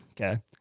Okay